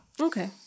Okay